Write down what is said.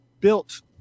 built